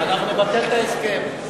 אז אנחנו נבטל את ההסכם.